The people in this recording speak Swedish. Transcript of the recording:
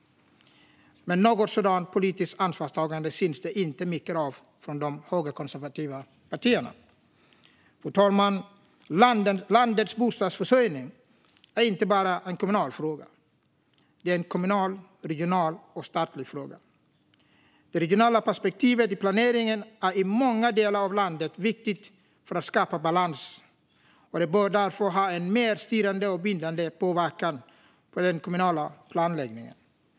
Men något sådant politiskt ansvarstagande syns det inte mycket av från de högerkonservativa partierna. Fru talman! Landets bostadsförsörjning är inte bara en kommunal fråga. Det är en kommunal, regional och statlig fråga. Det regionala perspektivet i planeringen är i många delar av landet viktigt för att skapa balans, och det bör därför ha en mer styrande och bindande påverkan på den kommunala planläggningen.